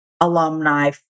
alumni